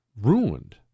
ruined